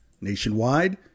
Nationwide